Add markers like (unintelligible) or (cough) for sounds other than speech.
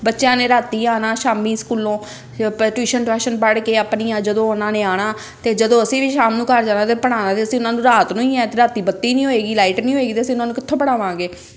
ਬੱਚਿਆਂ ਨੇ ਰਾਤੀ ਆਉਣਾ ਸ਼ਾਮੀ ਸਕੂਲੋਂ (unintelligible) ਟਿਊਸ਼ਨ ਟਾਊਸ਼ਨ ਪੜ੍ਹ ਕੇ ਆਪਣੀਆਂ ਜਦੋਂ ਉਹਨਾਂ ਨੇ ਆਉਣਾ ਅਤੇ ਜਦੋ ਅਸੀਂ ਵੀ ਸ਼ਾਮ ਨੂੰ ਘਰ ਜਾਣਾ ਅਤੇ ਪੜ੍ਹਾਉਣਾ ਅਤੇ ਅਸੀਂ ਉਹਨਾਂ ਨੂੰ ਰਾਤ ਨੂੰ ਹੀ ਹੈ ਅਤੇ ਰਾਤੀ ਬੱਤੀ ਨਹੀਂ ਹੋਏਗੀ ਲਾਈਟ ਨਹੀਂ ਹੋਏਗੀ ਤਾਂ ਅਸੀਂ ਉਹਨਾਂ ਨੂੰ ਕਿੱਥੋਂ ਪੜ੍ਹਾਵਾਂਗੇ